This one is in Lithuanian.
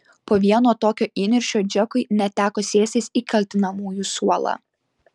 po vieno tokio įniršio džekui net teko sėstis į kaltinamųjų suolą